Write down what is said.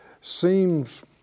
seems